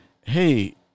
Hey